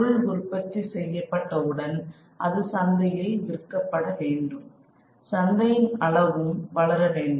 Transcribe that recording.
பொருள் உற்பத்தி செய்யப்பட்ட உடன் அது சந்தையில் விற்கப்பட வேண்டும் சந்தையின் அளவும் வளர வேண்டும்